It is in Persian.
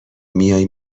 میای